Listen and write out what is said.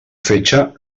fetge